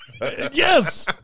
Yes